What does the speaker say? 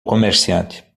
comerciante